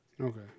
Okay